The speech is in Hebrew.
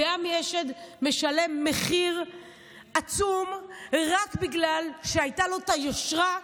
ועמי אשד משלם מחיר עצום רק בגלל שהייתה לו היושרה להגיד: